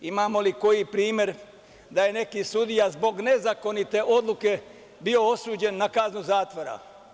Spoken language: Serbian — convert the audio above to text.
Imamo li koji primer da je neki sudija zbog nezakonite odluke bio osuđen na kaznu zatvora?